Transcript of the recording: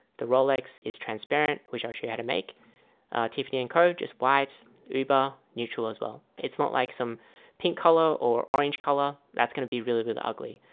the rolex is transparent which i'll show you how to make tiffany and co is white it's uber neutral. well, it's not like some pink color or orange color that's gonna be really good ugly.